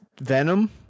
venom